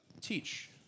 Teach